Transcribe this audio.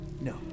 No